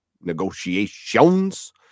negotiations